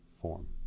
form